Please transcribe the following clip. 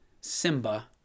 Simba